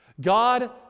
God